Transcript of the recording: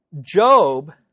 Job